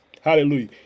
Hallelujah